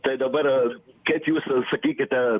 tai dabar kaip jūs sakykite